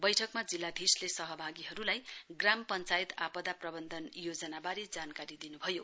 बैठकमा जिल्लाधीशले सहभागीहरूलाई ग्राम पञ्चायत आपदा प्रबन्धन योजनाबारे जानकारी दिनु भयो